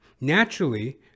Naturally